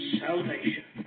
salvation